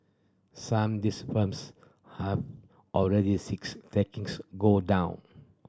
some these firms have already six takings go down